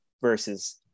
versus